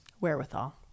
wherewithal